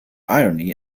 irony